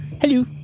Hello